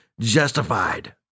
justified